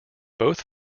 both